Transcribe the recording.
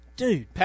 Dude